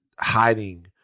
hiding